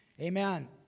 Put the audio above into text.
Amen